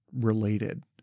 related